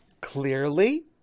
Clearly